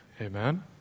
Amen